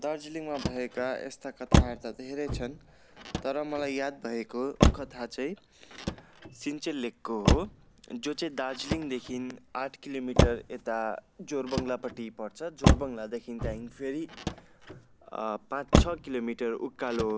दार्जिलिङमा भएका यस्ता कथाहरू त धेरै छन् तर मलाई याद भएको कथा चाहिँ सिन्चेल लेकको हो जो चाहिँ दार्जिलिङदेखि आठ किलोमिटर यता जोरबङ्गलापट्टि पर्छ जोरबङ्गलादेखि त्यहाँदेखि फेरि पाँच छ किलोमिटर उकालो